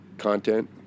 content